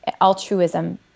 altruism